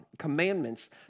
commandments